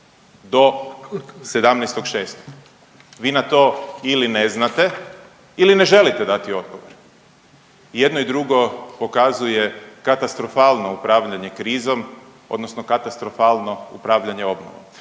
do 17.6., vi na to ili ne znate ili ne želite dati odgovor. I jedno i drugo pokazuje katastrofalno upravljanje krizom odnosno katastrofalno upravljanje obnovom.